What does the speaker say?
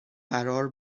فضا